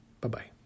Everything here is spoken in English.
Bye-bye